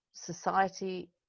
society